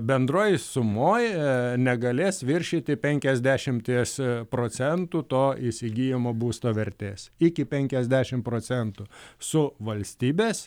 bendroj sumoj negalės viršyti penkiasdešimties procentų to įsigyjamo būsto vertės iki penkiasdešimt procentų su valstybės